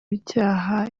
icyaha